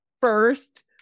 First